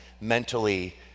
mentally